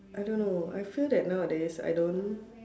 I don't know I feel that nowadays I don't